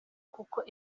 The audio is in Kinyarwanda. kuko